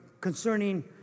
concerning